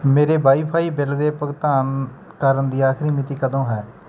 ਮੇਰੇ wi fi bill ਦੇ ਭੁਗਤਾਨ ਕਰਨ ਦੀ ਆਖਰੀ ਮਿਤੀ ਕਦੋਂ ਹੈ